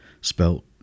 spelt